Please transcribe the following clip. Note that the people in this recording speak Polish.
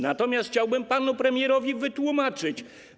Natomiast chciałbym panu premierowi coś wytłumaczyć.